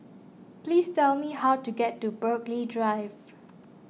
please tell me how to get to Burghley Drive